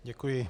Děkuji.